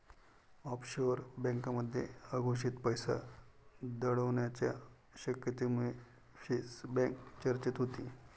offshore बँकांमध्ये अघोषित पैसा दडवण्याच्या शक्यतेमुळे स्विस बँक चर्चेत होती